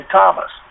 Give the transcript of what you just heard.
Thomas